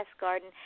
Garden